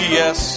yes